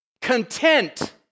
content